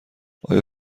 آیا